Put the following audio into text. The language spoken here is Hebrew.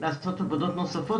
לעשות עבודות נוספות.